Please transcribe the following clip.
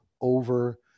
over